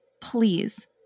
Please